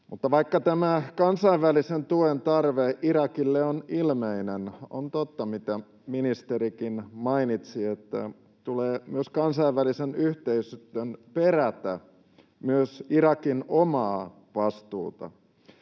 on. Vaikka tämä kansainvälisen tuen tarve Irakille on ilmeinen, niin on totta, mitä ministerikin mainitsi, että myös kansainvälisen yhteisön tulee perätä myös Irakin omaa vastuuta.